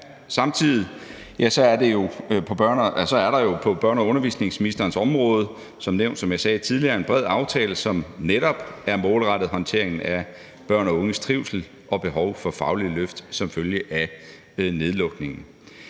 Samtidig er der jo på børne- og undervisningsministerens område som nævnt, og som jeg sagde tidligere, en bred aftale, som netop er målrettet håndteringen af børn og unges trivsel og behov for fagligt løft som følge af nedlukningen.